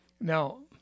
Now